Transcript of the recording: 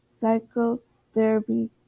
Psychotherapy